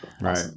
Right